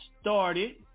started